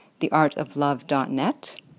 theartoflove.net